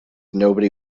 nobody